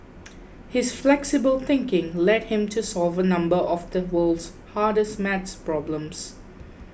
his flexible thinking led him to solve a number of the world's hardest math problems